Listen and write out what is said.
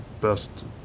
best